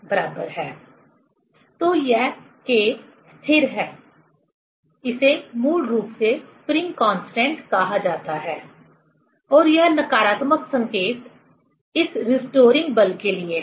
तो यह K स्थिर है इसे मूल रूप से स्प्रिंग कांस्टेंट कहा जाता है और यह नकारात्मक संकेत इस रिस्टोरिंग बल के लिए है